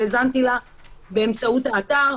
שהאזנתי לה באמצעות האתר,